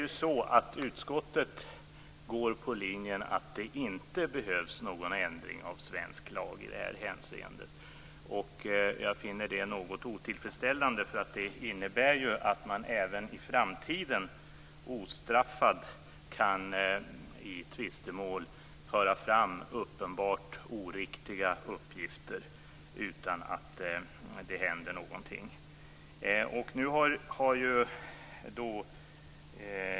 Utskottet går på linjen att det inte behövs någon ändring av svensk lag i det här hänseendet. Jag finner det något otillfredsställande. Det innebär ju att man även i framtiden i tvistemål ostraffat kan föra fram uppenbart oriktiga uppgifter utan att något händer.